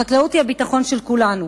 החקלאות היא הביטחון של כולנו,